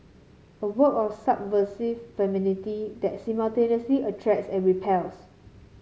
a work of subversive femininity that simultaneously attracts and repels